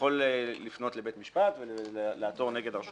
יכול לפנות לבית משפט ולעתור נגד הרשות